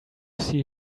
see